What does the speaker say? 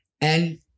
And-